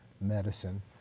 Medicine